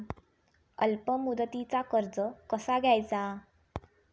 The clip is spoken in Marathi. अल्प मुदतीचा कर्ज कसा घ्यायचा?